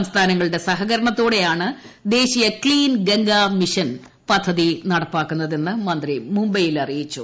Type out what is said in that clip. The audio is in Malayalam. സംസ്ഥാനങ്ങളുടെ സഹകരണത്തോടെ ദേശീയ ക്സീൻ ഗംഗാ മിഷനാണ് പദ്ധതി നടപ്പാക്കുന്നതെന്ന് മന്ത്രി മുംബൈയിൽ പറഞ്ഞു